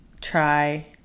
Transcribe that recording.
try